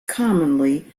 commonly